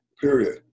Period